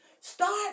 Start